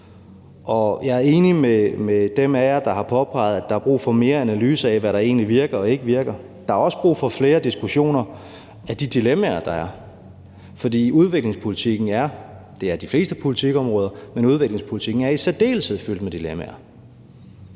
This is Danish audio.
og jeg er enig med dem af jer, der har påpeget, at der er brug for mere analyse af, hvad der egentlig virker og ikke virker. Der er også brug for flere diskussioner af de dilemmaer, der er, for udviklingspolitikken – og det gælder de fleste politikområder, men udviklingspolitikken i særdeleshed – er fyldt med dilemmaer.